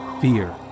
Fear